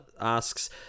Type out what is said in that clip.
asks